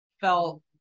felt